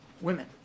women